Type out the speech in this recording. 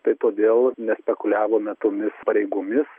tai todėl nespekuliavome tomis pareigomis